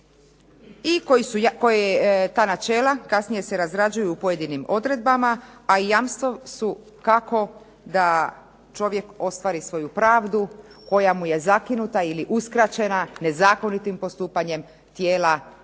i ta načela kasnije se razrađuju u pojedinim odredbama a i jamstvo su kako da čovjek ostvari svoju pravdu koja mu je zakinuta ili uskraćena nezakonitim postupanjem tijela javne